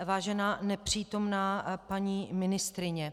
Vážená nepřítomná paní ministryně.